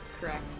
Correct